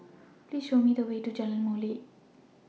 Please Show Me The Way to Jalan Molek